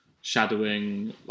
shadowing